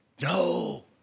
No